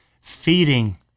feeding